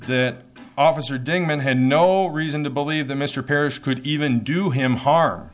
that officer dingman had no reason to believe that mr parrish could even do him harm